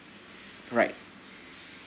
right